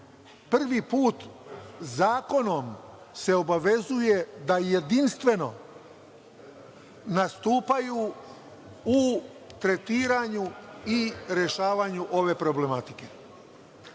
prvi put zakonom se obavezuje da jedinstveno nastupaju u tretiranju i rešavanju ove problematike. Ono